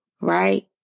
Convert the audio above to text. right